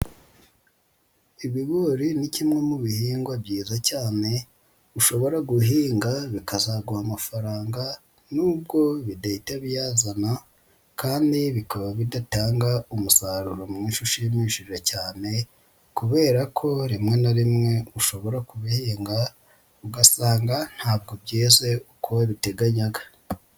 Ibigori ni kimwe mu bihingwa byiza cyane, ushobora guhinga bikazaguha amafaranga nubwo bidahita biyazana kandi bikaba bidatanga umusaruro mwinshi ushimishije cyane kubera ko rimwe na rimwe ushobora kubihinga, ugasanga ntabwo byeze uko wabiteganyaga.